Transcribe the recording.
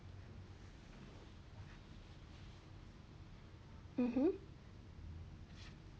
mmhmm